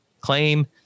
Claim